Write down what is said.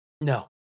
No